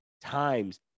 times